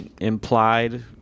implied